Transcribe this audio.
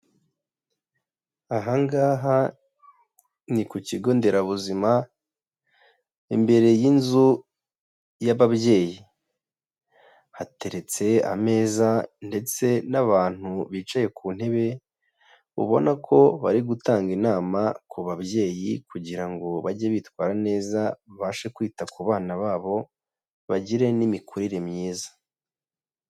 Aha ngaha ni ku kigo nderabuzima, imbere y'inzu y'ababyeyi, hateretse ameza ndetse n'abantu bicaye ku ntebe ubona ko bari gutanga inama ku babyeyi kugira ngo bajye bitwara neza babashe kwita ku bana babo bagire n'imikurire myiza.